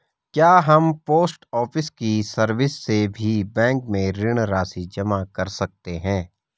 क्या हम post office की सर्विस से भी बैंक में ऋण राशि जमा कर सकते हैं?